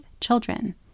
children